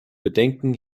bedenken